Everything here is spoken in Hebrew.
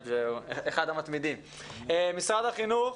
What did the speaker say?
משרד החינוך,